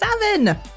seven